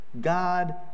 God